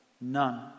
None